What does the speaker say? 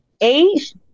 age